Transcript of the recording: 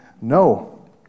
No